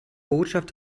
botschaft